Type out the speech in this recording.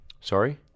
Sorry